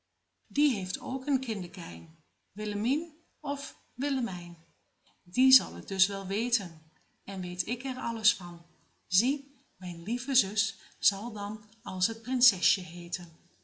die heeft ook een kindekijn willemien of willemijn die zal t dus wel weten en weet ik er alles van zie mijn lieve zus zal dan als t prinsesje heeten